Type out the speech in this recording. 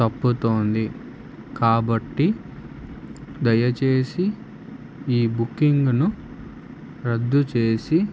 తప్పుతోంది కాబట్టి దయచేసి ఈ బుకింగ్ను రద్దు చేసి